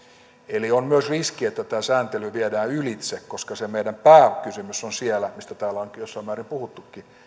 eli on myös riski että tämä sääntely viedään ylitse se meidän pääkysymyksemme siellä on tästä täällä on ainakin jossain määrin puhuttukin